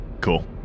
Cool